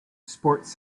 sports